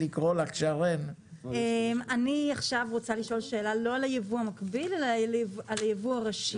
אני רוצה לשאול שאלה לא על היבוא המקביל אלא על היבוא הראשי.